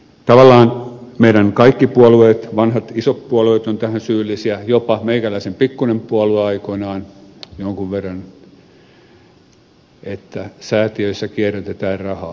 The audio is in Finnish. tavallaan meidän kaikki puolueemme vanhat isot puolueet ovat tähän syyllisiä jopa meikäläisen pikkuinen puolue aikoinaan jonkun verran että säätiöissä kierrätetään rahaa